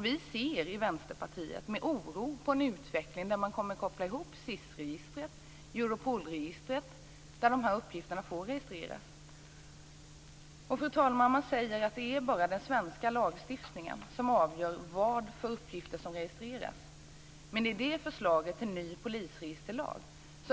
Vi ser i Vänsterpartiet med oro på en utveckling där man kopplar ihop SIS-registret och Europolregistret, där dessa uppgifter får registreras. Fru talman! Man säger att det bara är den svenska lagstiftningen som avgör vilka uppgifter som registreras. Men i förslaget till ny polisregisterlag